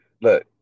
look